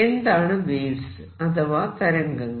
എന്താണ് വേവ്സ് അഥവാ തരംഗങ്ങൾ